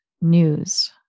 news